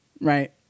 right